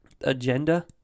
agenda